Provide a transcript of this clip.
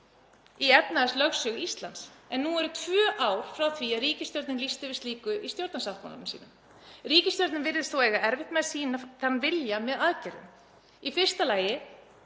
í efnahagslögsögu Íslands en nú eru tvö ár frá því að ríkisstjórnin lýsti yfir slíku í stjórnarsáttmálanum sínum. Ríkisstjórnin virðist þó eiga erfitt með að sýna þann vilja með aðgerðum. Í fyrstu lagði